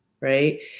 right